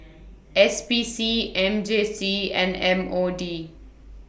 S P C M J C and M O D